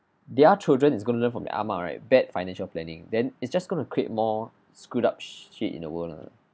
their children is gonna learn from the amah right bad financial planning then it's just going to create more screwed up shit in the world lah